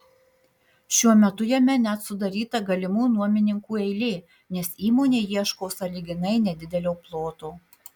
šiuo metu jame net sudaryta galimų nuomininkų eilė nes įmonė ieško sąlyginai nedidelio ploto